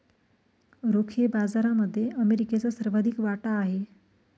रोखे बाजारामध्ये अमेरिकेचा सर्वाधिक वाटा आहे